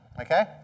Okay